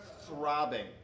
throbbing